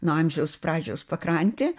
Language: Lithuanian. nuo amžiaus pradžios pakrantė